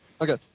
Okay